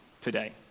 today